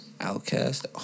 Outcast